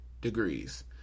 degrees